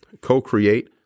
co-create